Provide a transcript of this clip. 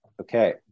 Okay